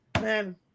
man